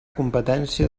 competència